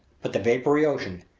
but the vapory ocean,